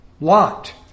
Lot